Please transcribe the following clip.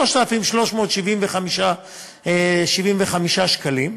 3,375 שקלים.